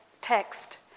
text